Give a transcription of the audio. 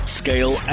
scale